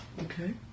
Okay